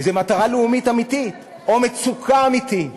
איזו מטרה לאומית אמיתית, או מצוקה אמיתית.